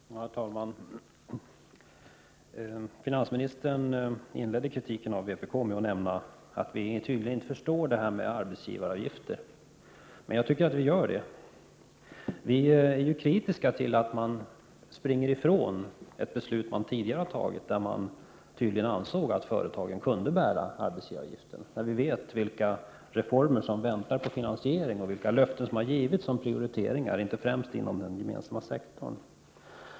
Herr talman! Finansministern inledde i kritiken mot vpk med att säga att vi inte förstår detta med arbetsgivaravgifter. Men jag tycker att vi gör det. Vi är kritiska till att man springer ifrån ett beslut man tidigare fattat, då man tydligen ansåg att företagen kunde bära arbetsgivaravgiften. Vi vet ju vilka reformer som väntar på finansiering och vilka löften om prioriteringar som gjorts, inte minst när det gäller den offentliga sektorn.